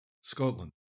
Scotland